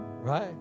right